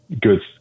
good